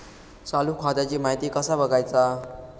चालू खात्याची माहिती कसा बगायचा?